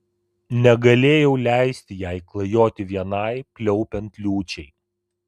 negalėjau leisti jai klajoti vienai pliaupiant liūčiai